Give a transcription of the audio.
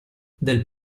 del